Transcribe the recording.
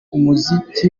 umuziki